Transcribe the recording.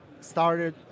started